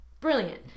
brilliant